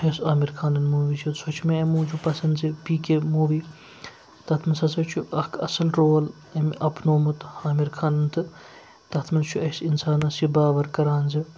یۄس عامِر خانٕنۍ موٗوی چھِ سۄ چھِ مےٚ اَمہِ موٗجوٗب پَسنٛد زِ پی کے موٗوی تَتھ منٛز ہَسا چھُ اَکھ اَصٕل رول أمۍ اَپنومُت عامِر خانَن تہٕ تَتھ منٛز چھُ اَسہِ اِنسانَس یہِ باوَر کَران زِ